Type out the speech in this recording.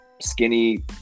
skinny